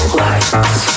lights